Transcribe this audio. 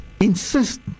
insist